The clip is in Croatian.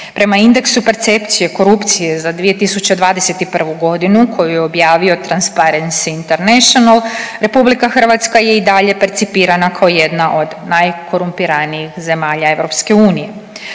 Prema indeksu percepcije korupcije za 2021. godinu koju je objavio Transparency International RH je i dalje percipirana kao jedna od najkorumpiranijih zemalja EU.